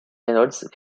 reynolds